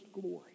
glory